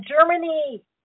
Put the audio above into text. Germany